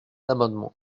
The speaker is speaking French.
amendement